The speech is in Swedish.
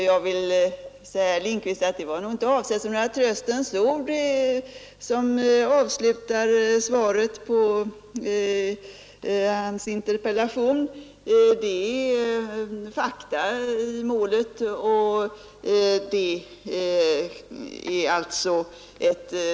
Jag vill säga, herr Lindkvist, att avslutningen av svaret på hans interpellation inte var avsedd som några tröstens ord.